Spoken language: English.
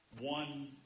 one